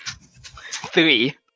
Three